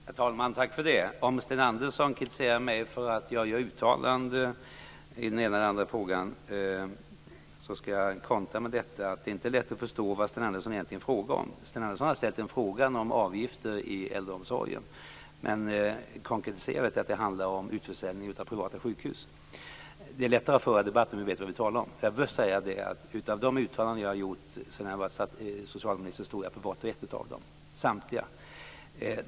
Herr talman! Tack för det! Om Sten Andersson kritiserar mig för att jag gör uttalanden i den ena eller andra frågan, skall jag kontra med att säga att det inte är lätt att förstå vad Sten Andersson egentligen frågar om. Sten Andersson har ställt en fråga om avgifter i äldreomsorgen, men han konkretiserar det med att det handlar om utförsäljning av privata sjukhus. Det är lättare att föra debatten om vi vet vad vi talar om. Får jag först säga att av de uttalanden som jag har gjort sedan jag blev socialminister står jag för samtliga.